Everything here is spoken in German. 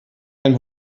ein